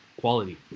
quality